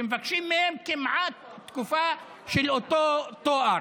ומבקשים מהם כמעט תקופה של אותו תואר.